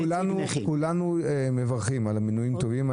כולנו מברכים על מינויים טובים.